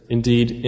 Indeed